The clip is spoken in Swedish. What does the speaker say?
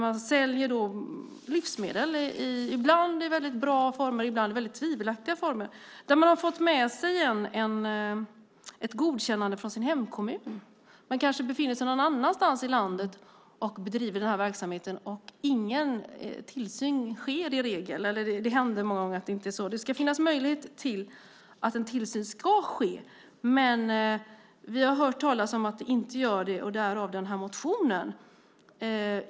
Man säljer livsmedel ibland i väldigt bra former och ibland i tvivelaktiga former. Man har fått med sig ett godkännande från sin hemkommun men kanske befinner sig någon annanstans i landet och bedriver verksamheten. Ingen tillsyn sker i regel. Det händer många gånger att det är så. Det ska finnas möjlighet att en tillsyn kan ske. Men vi har hört talas om att det inte görs det, och därav motionen.